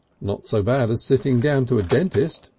not so bad as sitting down to a dentist,